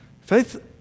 faith